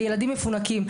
ילדים מפונקים.